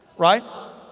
right